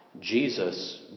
Jesus